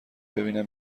ببینم